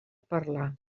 parlar